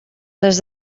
les